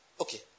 Okay